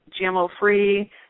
GMO-free